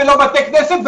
לא בתי כנסת,